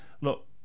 look